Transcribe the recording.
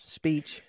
speech